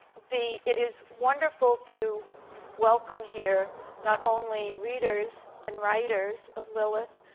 the it is wonderful to welcome here not only readers and writers of lilith,